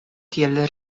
kiel